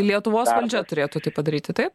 lietuvos valdžia turėtų tai padaryti taip